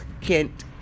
Kent